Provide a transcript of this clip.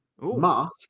Mask